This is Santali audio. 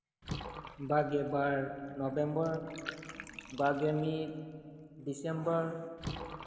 ᱵᱟᱨᱜᱮ ᱵᱟᱨ ᱱᱚᱵᱷᱮᱢᱵᱚᱨ ᱵᱟᱨ ᱜᱮ ᱢᱤᱫ ᱰᱤᱥᱮᱢᱵᱚᱨ